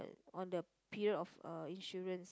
on the period of uh insurance